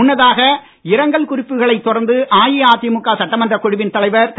முன்னதாக இரங்கல் குறிப்புகளைத் தொடர்ந்து அஇஅதிமுக சட்டமன்றக் குழுவின் தலைவர் திரு